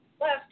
left